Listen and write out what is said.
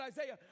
Isaiah